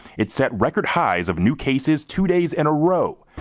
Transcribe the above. it's at record highs of new cases two days in a row.